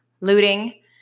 looting